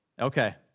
Okay